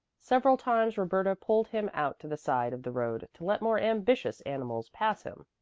several times roberta pulled him out to the side of the road to let more ambitious animals pass him.